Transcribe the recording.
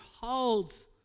holds